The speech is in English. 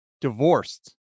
divorced